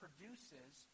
produces